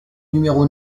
numéro